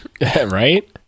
Right